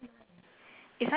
nine nine thirty